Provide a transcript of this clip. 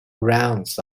runs